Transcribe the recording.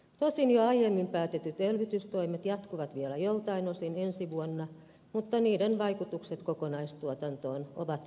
tosin jo aiemmin päätetyt elvytystoimet jatkuvat vielä joiltain osin ensi vuonna mutta niiden vaikutukset kokonaistuotantoon ovat vähäiset